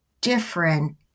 different